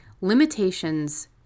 limitations